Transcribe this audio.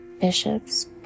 Bishop's